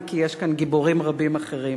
אם כי יש כאן גיבורים רבים אחרים.